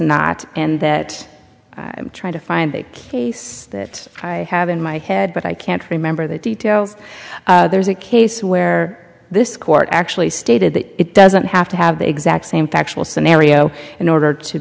not and that i'm trying to find a case that i have in my head but i can't remember the details there's a case where this court actually stated that it doesn't have to have the exact same factual scenario in order to